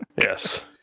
Yes